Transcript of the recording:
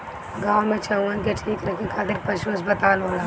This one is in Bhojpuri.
गाँव में चउवन के ठीक रखे खातिर पशु अस्पताल होला